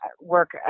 work